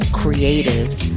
creatives